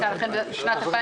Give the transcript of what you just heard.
לנהגים, להכשרה, למס על הבלו,